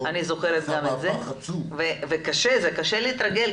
זה קשה להתרגל,